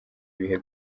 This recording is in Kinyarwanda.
ibihe